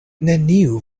neniu